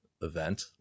event